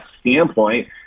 standpoint